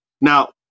Now